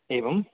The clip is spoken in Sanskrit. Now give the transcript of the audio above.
एवं